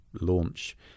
launch